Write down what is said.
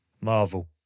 Marvel